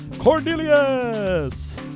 cornelius